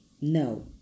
No